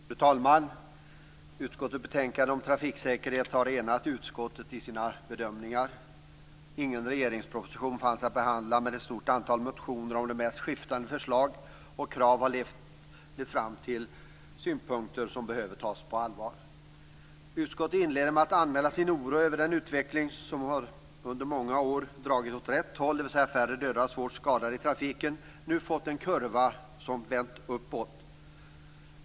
Fru talman! Utskottets betänkande om trafiksäkerhet har enat utskottet i dess bedömningar. Ingen regeringsproposition fanns att behandla, men ett stort antal motioner om de mest skiftande förslag och krav har lett fram till synpunkter som behöver tas på allvar. Utskottet inleder med att anmäla sin oro över att den utveckling som under många år har dragit åt rätt håll, dvs. färre döda och svårt skadade i trafiken, nu har fått en kurva som har vänt uppåt.